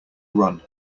run